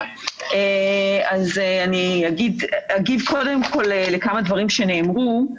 קודם כול, אני אגיב לכמה דברים שנאמרו.